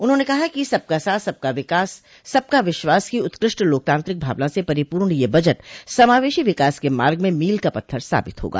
उन्होंने कहा कि सबका साथ सबका विकास सबका विश्वास की उत्कृष्ट लोकतांत्रिक भावना से परिपूर्ण यह बजट समावेशी विकास के मार्ग में मील का पत्थर साबित होगा